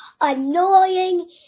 annoying